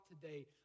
today